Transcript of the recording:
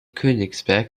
königsberg